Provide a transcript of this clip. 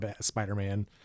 Spider-Man